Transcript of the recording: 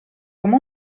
come